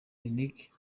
yannick